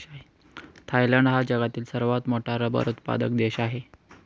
Thailand हा जगातील सर्वात मोठा रबर उत्पादक देश आहे